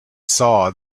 saw